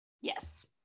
Yes